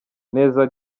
neza